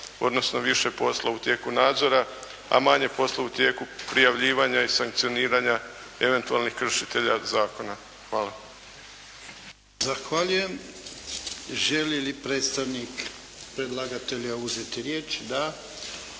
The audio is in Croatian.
odnosno više posla u tijeku nadzora, a manje posla u tijeku prijavljivanja i sankcioniranja eventualnih kršitelja zakona. Hvala.